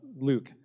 Luke